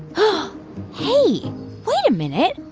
and hey wait a minute.